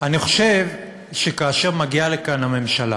אני חושב שכאשר מגיעה לכאן הממשלה